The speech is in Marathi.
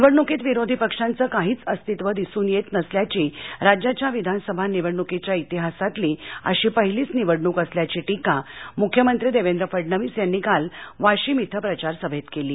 निवडणुकीत विरोधी पक्षाचं काहीच अस्तित्व दिसून येत नसल्याची राज्याच्या विधानसभा निवडणुकीच्या इतिहासातील अशी पहिलीच निवडणूक असल्याची टीका मुख्यमंत्री देवेंद्र फडणवीस यांनी काल वाशीम इथ प्रचार सभेत केली